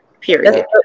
Period